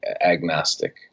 agnostic